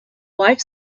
wife